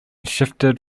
shifted